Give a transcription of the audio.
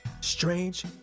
Strange